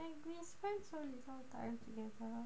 we spend so little time together lor